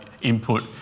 input